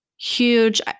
huge